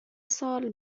سال